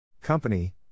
Company